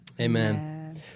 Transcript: Amen